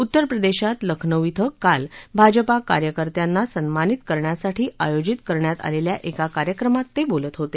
उत्तरप्रदेशात लखनौ ॐ काल भाजपा कार्यकर्त्यांना सन्मानित करण्यासाठी आयोजित करण्यात आलेल्या एका कार्यक्रमात ते बोलत होते